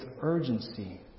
urgency